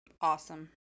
Awesome